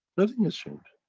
nothing has changed.